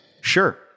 Sure